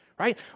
right